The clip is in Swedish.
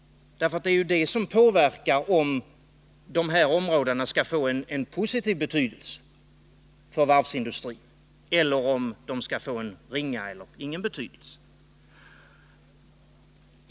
Det är ju det som är avgörande för om de här områdena skall få en positiv betydelse för varvsindustrin, eller om de skall få en ringa eller ingen betydelse.